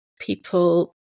people